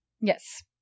Yes